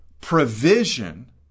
provision